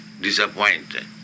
disappointed